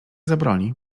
zabroni